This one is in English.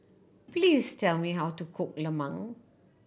please tell me how to cook lemang